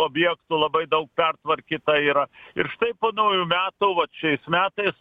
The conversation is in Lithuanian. objektų labai daug pertvarkyta yra ir štai po naujų metų vat šiais metais